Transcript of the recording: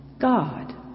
God